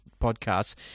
podcasts